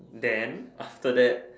then after that